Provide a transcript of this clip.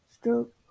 stroke